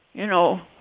you know?